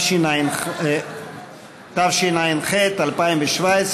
התשע"ח 2017,